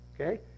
okay